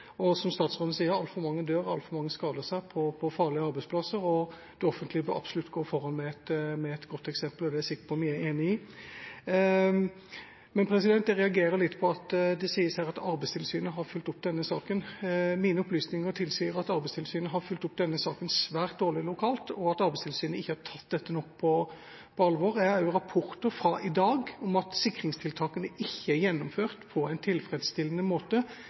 farlige arbeidsplasser. Det offentlige bør absolutt gå foran med et godt eksempel, og det er jeg sikker på at vi er enige om. Men jeg reagerer litt på at det sies her at Arbeidstilsynet har fulgt opp denne saken. Mine opplysninger tilsier at Arbeidstilsynet har fulgt opp denne saken svært dårlig lokalt, og at Arbeidstilsynet ikke har tatt dette nok på alvor. Jeg har jo rapporter – fra i dag – om at sikringstiltakene ikke er gjennomført på en tilfredsstillende måte,